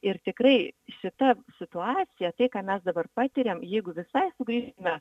ir tikrai šita situacija tai ką mes dabar patiriam jeigu visai sugrįžtume